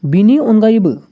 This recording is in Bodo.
बेनि अनगायैबो